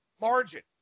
margin